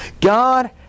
God